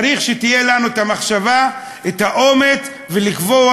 צריך שיהיו לנו המחשבה, האומץ, לקבוע